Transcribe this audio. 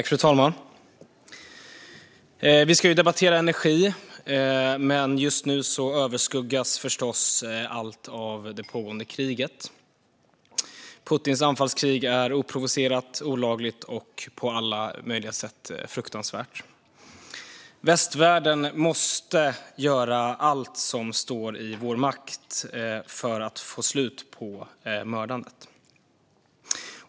Fru talman! Vi ska debattera energi, men just nu överskuggas förstås allt av det pågående kriget. Putins anfallskrig är oprovocerat, olagligt och på alla möjliga sätt fruktansvärt. Västvärlden måste göra allt som står i vår makt för att få slut på mördandet.